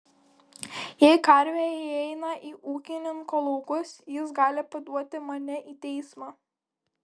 jei karvė įeina į ūkininko laukus jis gali paduoti mane į teismą